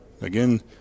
Again